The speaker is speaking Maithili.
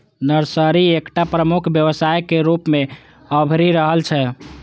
नर्सरी एकटा प्रमुख व्यवसाय के रूप मे अभरि रहल छै